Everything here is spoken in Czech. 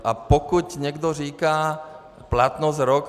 A pokud někdo říká: Platnost rok.